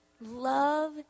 love